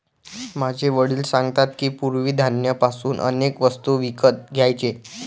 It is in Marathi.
माझे वडील सांगतात की, पूर्वी धान्य पासून अनेक वस्तू विकत घ्यायचे